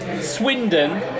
Swindon